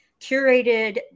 curated